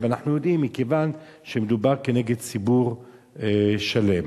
ואנחנו יודעים שמדובר כנגד ציבור שלם.